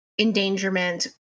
endangerment